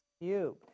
Cube